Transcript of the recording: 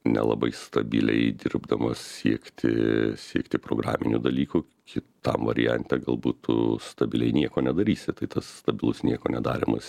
nelabai stabiliai dirbdamas siekti siekti programinių dalykų kitam variante galbūt tu stabiliai nieko nedarysi tai tas stabilus nieko nedarymas